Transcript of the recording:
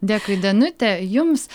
dėkui danute jums